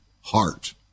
heart